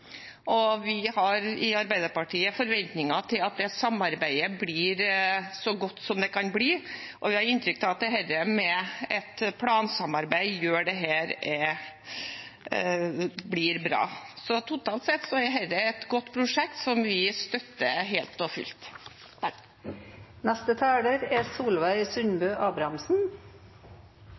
og kommuner. Vi har i Arbeiderpartiet forventninger til at det samarbeidet blir så godt som det kan bli, og vi har inntrykk av at dette med et plansamarbeid gjør at dette blir bra. Så totalt sett er dette et godt prosjekt, som vi støtter helt og fullt. I dag behandlar me eit veldig viktig samferdselsprosjekt. Tvedestrand–Dørdal er